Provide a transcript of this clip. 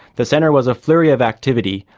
the centre was a flurry of activity,